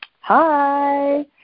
Hi